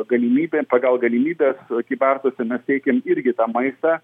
galimybė pagal galimybes kybartuose mes teikiam irgi tą maistą